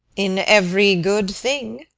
in every good thing.